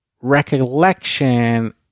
recollection